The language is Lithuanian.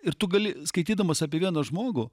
ir tu gali skaitydamas apie vieną žmogų